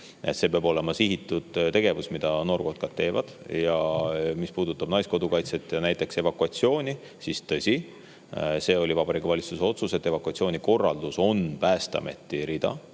See peab olema sihitud tegevus, mida noorkotkad teevad. Mis puudutab Naiskodukaitset ja näiteks evakuatsiooni, siis tõsi, see oli Vabariigi Valitsuse otsus, et evakuatsioonikorraldus on Päästeameti rida.